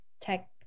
tech